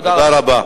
תודה רבה.